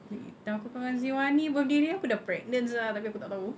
eh time si wani birthday dia aku dah pregnant sia tapi aku tak tahu